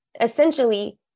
essentially